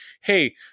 hey